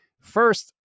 First